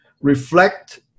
reflect